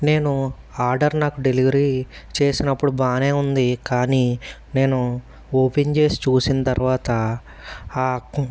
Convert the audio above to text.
నేను ఆర్డర్ నాకు డెలివరీ చేసినప్పుడు బాగానే ఉంది కానీ నేను ఓపెన్ చేసి చూసిన తరువాత ఆ